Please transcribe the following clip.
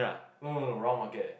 no no no round market leh